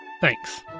Thanks